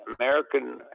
American